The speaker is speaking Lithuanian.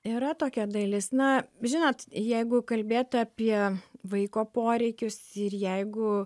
yra tokia dalis na žinot jeigu kalbėt apie vaiko poreikius ir jeigu